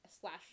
slash